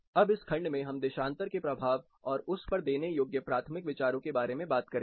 अब इस खंड में हम देशांतर के प्रभाव और उस पर देने योग्य प्राथमिक विचारों के बारे में बात करेंगे